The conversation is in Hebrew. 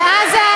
ממש.